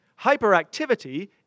Hyperactivity